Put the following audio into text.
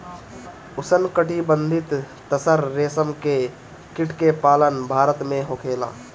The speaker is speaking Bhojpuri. उष्णकटिबंधीय तसर रेशम के कीट के पालन भारत में होखेला